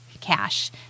cash